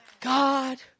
God